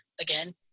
again